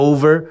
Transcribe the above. Over